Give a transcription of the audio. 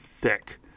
thick